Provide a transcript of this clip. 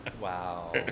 Wow